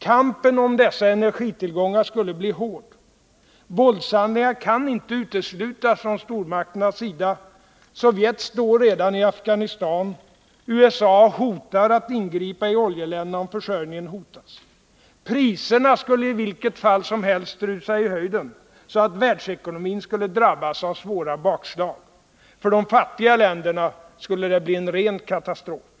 Kampen om dessa energitillgångar skulle bli hård. Våldshandlingar kan inte uteslutas från stormakternas sida. Sovjet står redan i Afghanistan. USA hotar att ingripa i oljeländerna om försörjningen hotas. Priserna skulle i vilket fall som helst rusa i höjden så att världsekonomin skulle drabbas av svåra bakslag. För de fattiga länderna skulle det bli en ren katastrof.